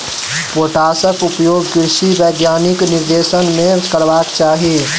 पोटासक उपयोग कृषि वैज्ञानिकक निर्देशन मे करबाक चाही